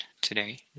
today